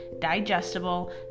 digestible